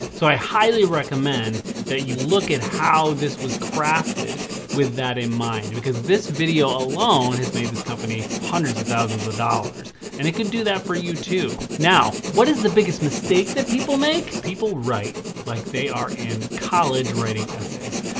so i highly recommend that you look at how this was crafted with that in mind because this video alone has made this company hundreds of thousands of dollars and it could do that for you, too. now, what is the biggest mistake that people make? people write like they are in college writing essays.